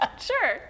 Sure